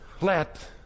Let